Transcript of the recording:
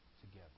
together